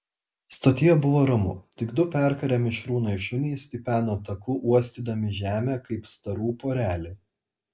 stotyje buvo ramu tik du perkarę mišrūnai šunys tipeno taku uostydami žemę kaip starų porelė